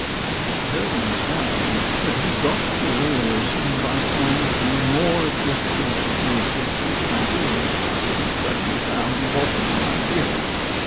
i have heard him say that he got to realism by trying to be more objective than the objective idealists, and he suddenly found he wasn't an idealist.